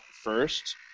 first